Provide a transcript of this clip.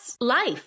life